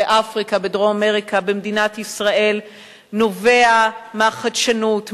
אפריקה ודרום-אמריקה במדינת ישראל נובע מהחדשנות,